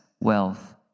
wealth